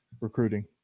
recruiting